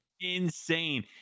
insane